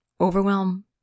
overwhelm